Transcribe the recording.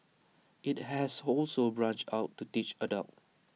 IT has also branched out to teach adults